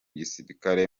gisirikare